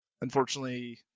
Unfortunately